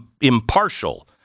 impartial